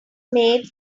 made